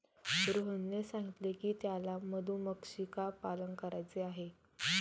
रोहनने सांगितले की त्याला मधुमक्षिका पालन करायचे आहे